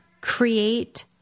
create